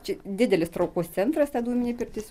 čia didelis traukos centras ta dūminė pirtis